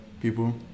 people